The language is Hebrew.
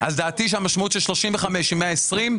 דעתי היא שהמשמעות של 35 אחוזים עם 120 אלף,